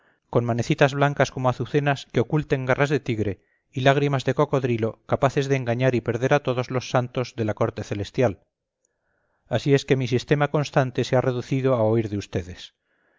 con manecitas blancas como azucenas que oculten garras de tigre y lágrimas de cocodrilo capaces de engañar y perder a todos los santos de la corte celestial así es que mi sistema constante se ha reducido a huir de ustedes